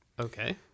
Okay